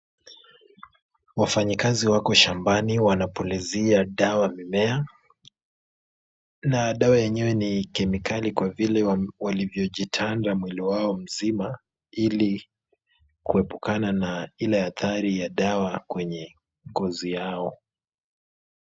Wafanyikazi wako shambani wanapulizia dawa mimea na dawa yenye ni kemikali kwa vile walivyojitanda mwili wao mzima ili kuepukana na ile hatari ya dawa kwenye ngozi yao.